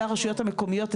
זה אצל הרשויות המקומיות.